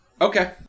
Okay